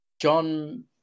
John